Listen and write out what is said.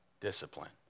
discipline